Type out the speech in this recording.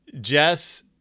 jess